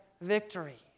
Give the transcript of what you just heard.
victory